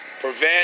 prevent